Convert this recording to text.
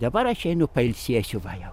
dabar aš einu pailsėsiu va jau